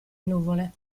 nuvole